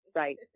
right